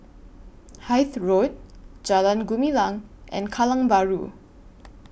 Hythe Road Jalan Gumilang and Kallang Bahru